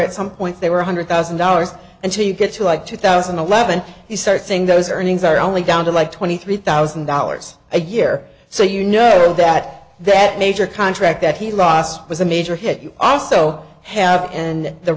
at some point they were one hundred thousand dollars until you get to like two thousand and eleven he started saying those earnings are only down to like twenty three thousand dollars a year so you know that that major contract that he lost was a major hit you also have and the